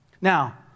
Now